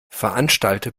veranstalte